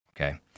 okay